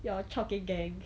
your chaogeng gang